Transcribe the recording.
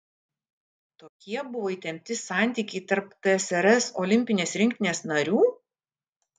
tokie buvo įtempti santykiai tarp tsrs olimpinės rinktinės narių